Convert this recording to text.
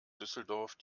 düsseldorf